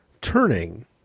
turning